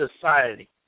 society